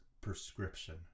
prescription